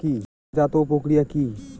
বাজারজাতও প্রক্রিয়া কি?